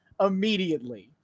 immediately